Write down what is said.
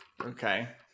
Okay